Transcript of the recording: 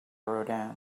rodin